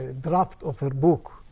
draft of her book,